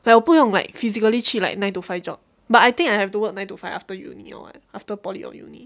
like 我不用 like physically like nine to five job but I think I have to work nine to five after uni or what after poly or uni